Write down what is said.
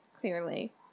clearly